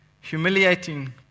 humiliating